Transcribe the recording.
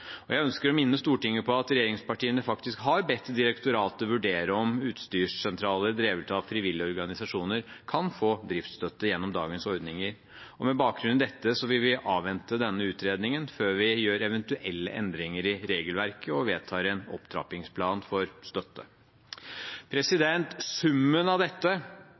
Moss. Jeg ønsker å minne Stortinget på at regjeringspartiene har bedt direktoratet vurdere om utstyrssentraler drevet av frivillige organisasjoner kan få driftsstøtte gjennom dagens ordninger. Med bakgrunn i dette vil vi avvente denne utredningen før vi gjør eventuelle endringer i regelverket og vedtar en opptrappingsplan for støtte. Summen av dette